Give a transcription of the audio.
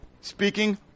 speaking